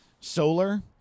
Solar